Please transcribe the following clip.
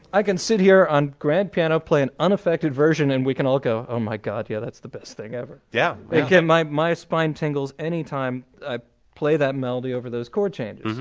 i can sit here on grand piano playing unaffected version and we can all go, oh my god, yeah, that's the best thing ever. yeah my my spine tingles anytime i play that melody over those chord changes.